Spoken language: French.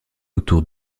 autour